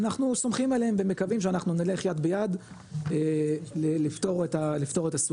אנחנו סומכים עליהם ומקווים שאנחנו נלך יד ביד לפתור את הסוגיות,